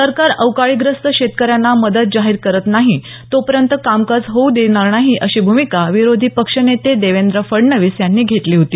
सरकार अवकाळीग्रस्त शेतकऱ्यांना मदत जाहीर करत नाही तोपर्यंत कामकाज होऊ देणार नाही अशी भूमिका विरोधीपक्ष नेते देवेंद्र फडणवीस यांनी घेतली होती